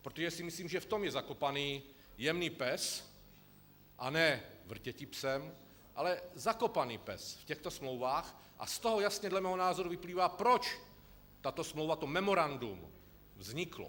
Protože si myslím, že v tom je zakopaný jemný pes, a ne vrtěti psem, ale zakopaný pes v těchto smlouvách, a z toho jasně dle mého názoru vyplývá, proč tato smlouva, to memorandum vzniklo.